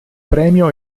premio